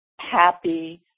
happy